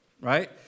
right